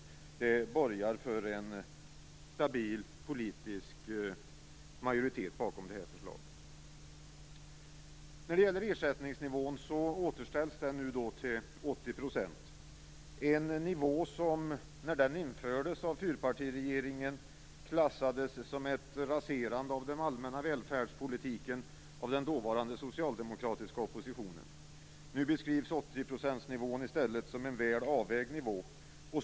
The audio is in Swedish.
Det borgar för en stabil politisk majoritet bakom detta. När det gäller ersättningsnivån återställs den nu till 80 %- en nivå som när den infördes av fyrpartiregeringen klassades som ett raserande av den allmänna välfärdspolitiken av den dåvarande socialdemokratiska oppositionen. Nu beskrivs 80-procentsnivån i stället som en väl avvägd nivå.